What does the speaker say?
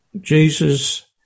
Jesus